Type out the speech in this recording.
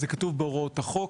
זה כתוב בהוראות החוק.